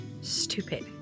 stupid